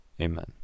Amen